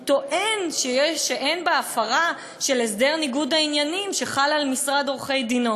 הוא טוען שאין בה הפרה של הסדר ניגוד העניינים שחל על משרד עורכי-הדין.